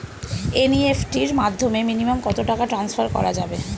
NEFT এর মাধ্যমে minimum কত টাকা টান্সফার করা যাবে?